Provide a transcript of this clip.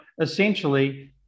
essentially